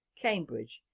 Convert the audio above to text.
cambridge,